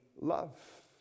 love